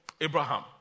Abraham